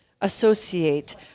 associate